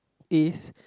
is